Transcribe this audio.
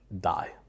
die